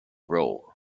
role